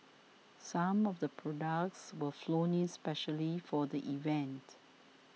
some of the products were flown in specially for the event